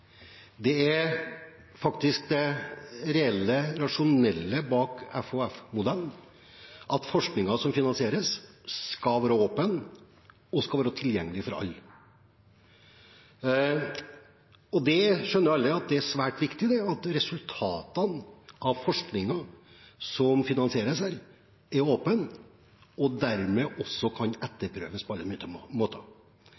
Det er faktisk det reelle, rasjonelle bak FHF-modellen at forskningen som finansieres, skal være åpen og tilgjengelig for alle. Alle skjønner jo at det er svært viktig at resultatene av forskningen som finansieres her, er åpen og dermed også kan